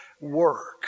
work